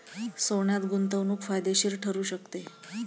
सोन्यात गुंतवणूक फायदेशीर ठरू शकते